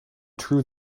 true